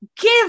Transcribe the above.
give